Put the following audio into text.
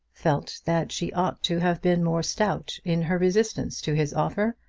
felt that she ought to have been more stout in her resistance to his offer.